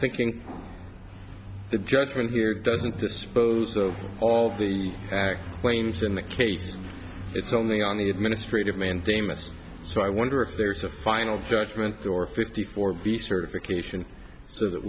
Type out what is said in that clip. thinking the judgment here doesn't dispose of all the claims in the cases it's only on the administrative mandamus so i wonder if there's a final judgment or fifty four b certification so that